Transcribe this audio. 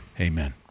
Amen